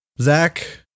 zach